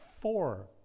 four